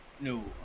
No